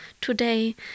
today